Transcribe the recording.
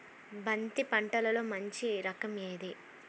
బంతి పంటలో మంచి రకం ఏది?